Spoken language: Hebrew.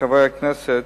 חברי הכנסת,